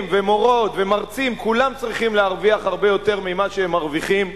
ומורות ומרצים כולם צריכים להרוויח הרבה יותר ממה שהם מרוויחים היום.